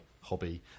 hobby